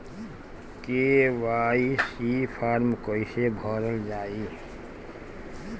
KYC form कइसे भरल जाइ?